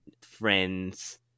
friends